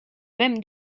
même